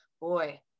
boy